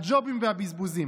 הג'ובים והבזבוזים.